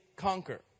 conquer